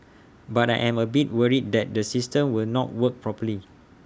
but I am A bit worried that the system will not work properly